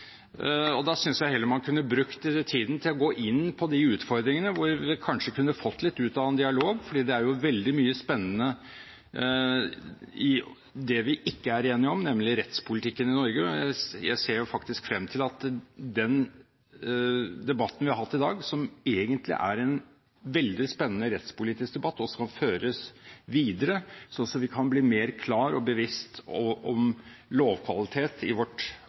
refselsesrett. Da synes jeg heller man kunne brukt tiden til å gå inn på de utfordringene hvor man kanskje kunne fått litt ut av en dialog, for det er jo veldig mye spennende i det vi ikke er enige om, nemlig rettspolitikken i Norge. Jeg ser faktisk frem til at den debatten vi har hatt i dag, som egentlig er en veldig spennende rettspolitisk debatt, også kan føres videre, slik at vi kan bli mer klare og bevisste på lovkvalitet i vårt